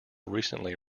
recently